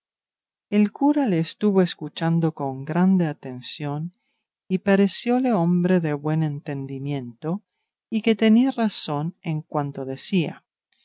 el cura le estuvo escuchando con grande atención y parecióle hombre de buen entendimiento y que tenía razón en cuanto decía